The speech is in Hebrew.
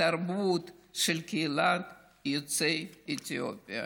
מהתרבות של קהילת יוצאי אתיופיה.